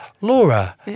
Laura